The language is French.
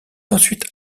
ensuite